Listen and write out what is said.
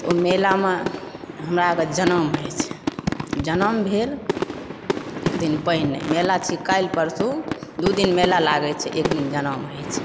तऽओहि मेलामे हमरा आरके जनम होइत छै जनम भेल एक दिन पहिने मेला छी काल्हि परसू दू दिन मेला लागै छै एक दिन जनम होइत छै